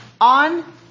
On